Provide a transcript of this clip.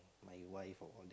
my wife or all